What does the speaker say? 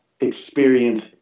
experience